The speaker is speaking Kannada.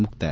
ಮುಕ್ತಾಯ